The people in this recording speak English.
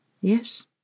yes